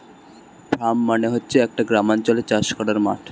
farm মানে হচ্ছে একটা গ্রামাঞ্চলে চাষ করার মাঠ